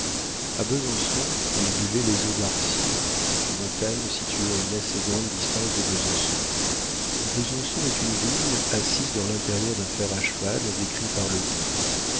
a besançon ils buvaient les eaux d'arcier montagne située à une assez grande distance de besançon besançon est une ville assise dans l'intérieur d'un fer à cheval décrit par le doubs